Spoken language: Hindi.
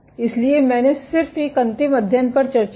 इसलिए मैंने सिर्फ एक अंतिम अध्ययन पर चर्चा की